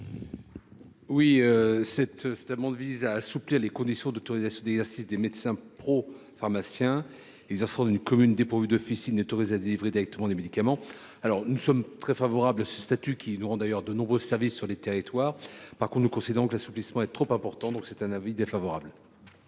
? Cet amendement vise à assouplir les conditions d’autorisation d’exercice des médecins propharmaciens exerçant dans une commune dépourvue d’officine autorisée à délivrer directement des médicaments. La commission est très favorable à ce statut, qui rend d’ailleurs de nombreux services sur les territoires. Toutefois, considérant que l’assouplissement prévu est trop important, elle a émis un avis défavorable.